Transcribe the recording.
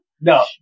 No